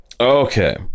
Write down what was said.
Okay